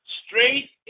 straight